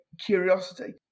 curiosity